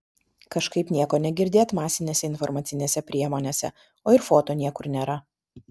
kažkaip nieko negirdėt masinėse informacinėse priemonėse o ir foto niekur nėra